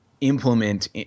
implement